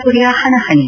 Korea ಹಣಾಹಣೆ